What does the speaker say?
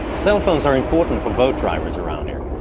cell phones are important for boat drivers around here,